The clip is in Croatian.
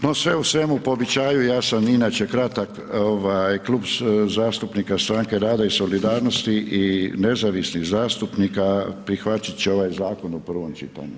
No sve u svemu, po običaju ja sam inače kratak Klub zastupnika Stranke rada i solidarnosti i nezavisnih zastupnika prihvatit će ovaj zakon u prvom čitanju.